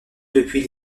depuis